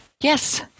Yes